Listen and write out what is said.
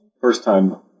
first-time